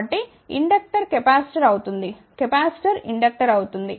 కాబట్టి inductor capacitor అవుతుంది capacitor inductor అవుతుంది